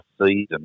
season